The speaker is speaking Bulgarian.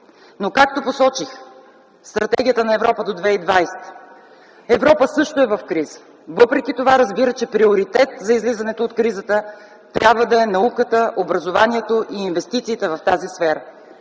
но както посочих стратегията на Европа до 2020 г. Европа също е в криза, въпреки това разбира, че приоритет за излизането от кризата трябва да е науката, образованието и инвестициите в тази сфера.